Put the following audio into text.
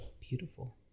Beautiful